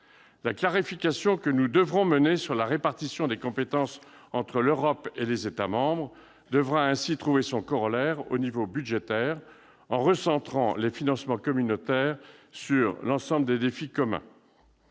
La clarification que nous devrons mener sur la répartition des compétences entre l'Europe et les États membres devra ainsi trouver son corollaire au niveau budgétaire, en recentrant les financements communautaires sur l'ensemble des défis communs.